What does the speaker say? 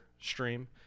stream